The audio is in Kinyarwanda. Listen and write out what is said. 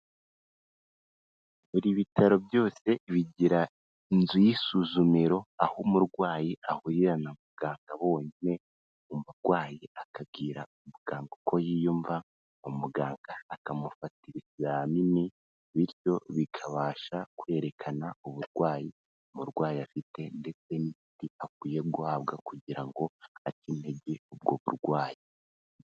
Buri bitaro byose bigira inzu y'isuzumiro, aho umurwayi ahurira na muganga bonyine, umurwayi akabwira umuganga uko yiyumva, umuganga akamufata ibizamini, bityo bikabasha kwerekana uburwayi umurwayi afite, ndetse n'imiti akwiye guhabwa kugira ngo ace intege ubwo burwayi.